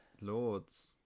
Lords